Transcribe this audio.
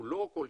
לא כל שנה,